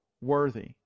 worthy